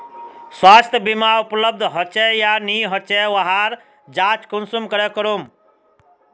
स्वास्थ्य बीमा उपलब्ध होचे या नी होचे वहार जाँच कुंसम करे करूम?